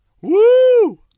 Woo